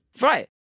Right